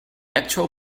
actual